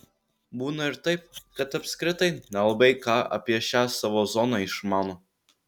būna ir taip kad apskritai nelabai ką apie šią savo zoną išmano